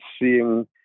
seeing